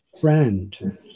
friend